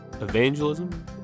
evangelism